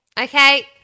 Okay